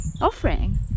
offering